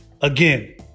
Again